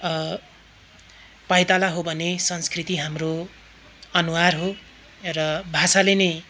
पाइताला हो भने संस्कृति हाम्रो अनुहार हो र भाषाले नै